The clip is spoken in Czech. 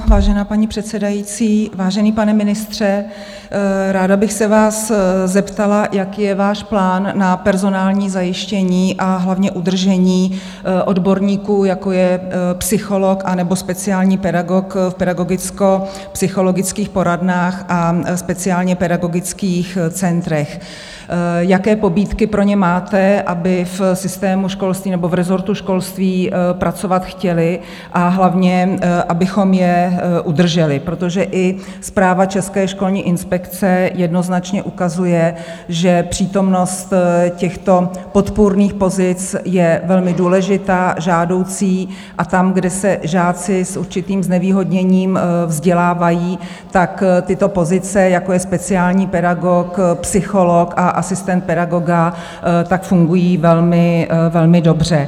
Vážená paní předsedající, vážený pane ministře, ráda bych se vás zeptala, jaký je váš plán na personální zajištění, a hlavně udržení odborníků, jako je psycholog anebo speciální pedagog v pedagogickopsychologických poradnách a speciálněpedagogických centrech, jaké pobídky pro ně máte, aby v rezortu školství pracovat chtěli, a hlavně abychom je udrželi, protože i zpráva České školní inspekce jednoznačně ukazuje, že přítomnost těchto podpůrných pozic je velmi důležitá, žádoucí a tam, kde se žáci s určitým znevýhodněním vzdělávají, tyto pozice, jako je speciální pedagog, psycholog a asistent pedagoga, fungují velmi dobře.